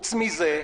חוץ מזה,